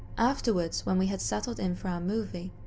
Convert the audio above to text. afterwards, when we had settled in for our movie,